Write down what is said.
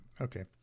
okay